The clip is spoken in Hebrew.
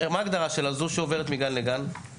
מה ההגדרה שלה, של זאת שעוברת מגן לגן?